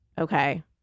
okay